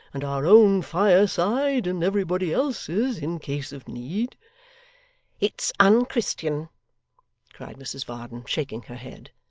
and our own fireside and everybody else's, in case of need it's unchristian cried mrs varden, shaking her head.